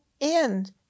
end